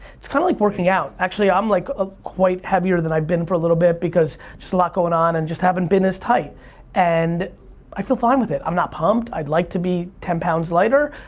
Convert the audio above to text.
it's kind of like working out. actually, i'm like ah quite heavier than i've been for a little bit because just a lot going on and just haven't been as tight and i feel fine with it. i'm not pumped, i'd like to be ten pounds lighter,